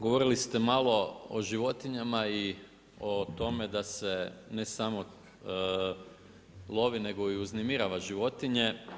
Govorili ste malo o životinjama i o tome da se ne samo lovi, nego i uznemirava životinje.